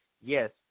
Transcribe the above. Yes